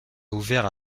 ouvert